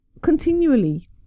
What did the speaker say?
continually